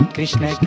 Krishna